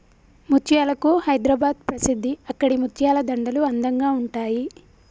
ముత్యాలకు హైదరాబాద్ ప్రసిద్ధి అక్కడి ముత్యాల దండలు అందంగా ఉంటాయి